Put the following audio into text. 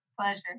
Pleasure